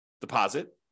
deposit